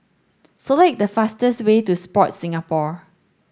select the fastest way to Sport Singapore